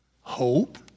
hope